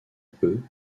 peu